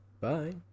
bye